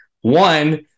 One